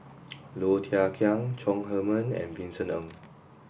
Low Thia Khiang Chong Heman and Vincent Ng